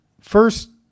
first